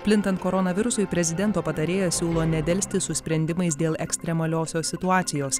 plintant koronavirusui prezidento patarėjas siūlo nedelsti su sprendimais dėl ekstremaliosios situacijos